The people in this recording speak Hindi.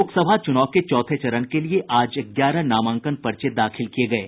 लोकसभा चुनाव के चौथे चरण के लिए आज ग्यारह नामांकन पर्च दाखिल किये गये